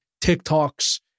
TikToks